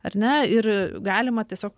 ar ne ir galima tiesiog